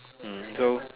hmm so